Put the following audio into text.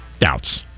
doubts